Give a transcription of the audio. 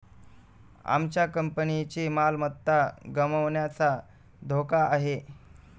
आमच्या कंपनीची मालमत्ता गमावण्याचा धोका आहे